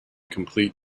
complete